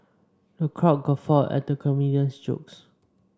the crowd guffawed at the comedian's jokes